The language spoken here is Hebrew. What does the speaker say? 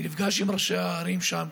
אני נפגש עם ראשי הערים שם,